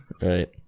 Right